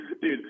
Dude